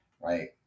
right